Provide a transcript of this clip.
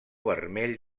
vermell